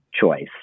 choice